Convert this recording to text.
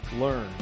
learn